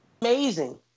amazing